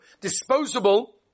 disposable